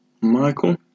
Michael